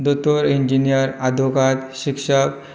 दोतोर इंजिनियर आदोगाद शिक्षक